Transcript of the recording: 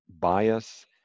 bias